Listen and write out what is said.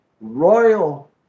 royal